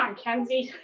um kenzie!